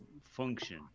function